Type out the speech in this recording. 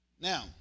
Now